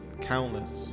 countless